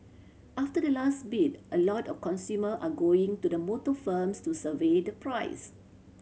after the last bid a lot of consumer are going to the motor firms to survey the price